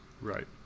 Right